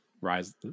Rise